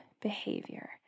behavior